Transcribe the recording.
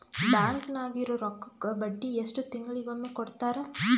Bank ನಾಗಿರೋ ರೊಕ್ಕಕ್ಕ ಬಡ್ಡಿ ಎಷ್ಟು ತಿಂಗಳಿಗೊಮ್ಮೆ ಕೊಡ್ತಾರ?